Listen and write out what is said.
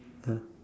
yeah